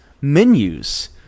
menus